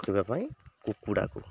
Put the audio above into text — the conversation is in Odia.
ରଖିବା ପାଇଁ କୁକୁଡ଼ାକୁ